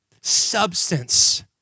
substance